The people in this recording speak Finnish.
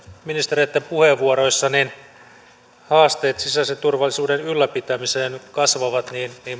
ministereitten puheenvuoroissa haasteet sisäisen turvallisuuden ylläpitämiseen kasvavat